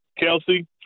Kelsey